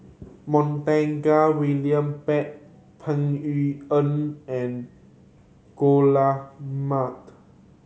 Montague William Pett Peng Yuyun and Dollah Majid